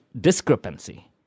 discrepancy